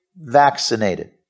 vaccinated